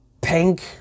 pink